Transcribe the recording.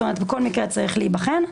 זאת אומרת, כל מקרה צריך להיבחן.